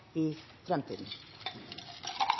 i fremtiden.